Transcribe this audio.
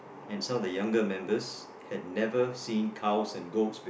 and some of the younger members had never seen cows and goats